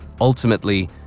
Ultimately